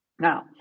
Now